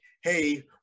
Hey